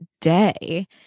day